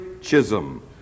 Chisholm